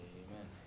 amen